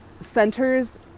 centers